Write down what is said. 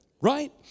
right